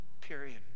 Period